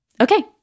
Okay